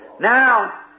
Now